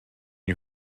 you